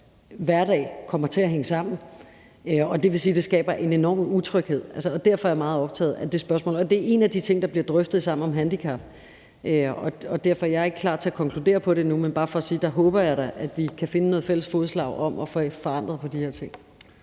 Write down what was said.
hverdagen kommer til at hænge sammen. Det vil sige, at det skaber en enorm utryghed, og derfor er jeg meget optaget af det spørgsmål, og det er en af de ting, der bliver drøftet i Sammen om handicap. Derfor vil jeg sige: Jeg er ikke klar til at konkludere på det endnu, men det er bare for at sige, at der håber jeg da, at vi kan finde fælles fodslag om at få noget forandring i de her ting.